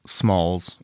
smalls